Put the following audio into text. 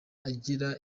agira